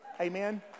amen